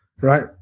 right